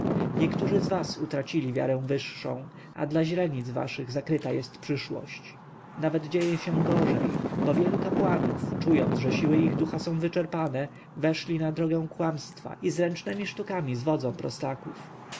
niektórzy z was utracili wiarę wyższą a dla źrenic waszych zakryta jest przyszłość nawet dzieje się gorzej bo wielu kapłanów czując że siły ich ducha są wyczerpane weszli na drogę kłamstwa i zręcznemi sztukami zwodzą prostaków to